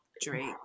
Drake